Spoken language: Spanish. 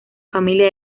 familia